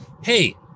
hey